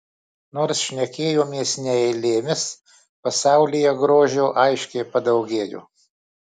nors šnekėjomės ne eilėmis pasaulyje grožio aiškiai padaugėjo